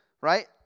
right